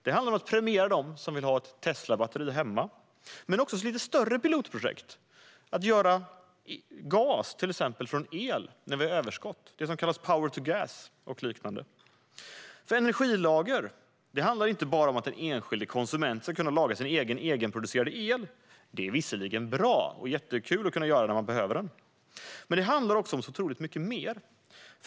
Det handlar om att premiera dem som vill ha ett Teslabatteri hemma, men även om lite större pilotprojekt som att exempelvis göra gas från el när vi har överskott, det som kallas power to gas. Energilager handlar inte bara om att den enskilde konsumenten ska kunna lagra sin egenproducerade el. Det är visserligen bra och kul att kunna göra det, så att man kan använda den när man behöver den. Men det handlar om otroligt mycket mer.